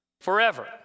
Forever